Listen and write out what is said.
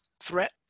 threat